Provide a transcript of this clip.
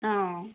ହଁ